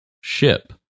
ship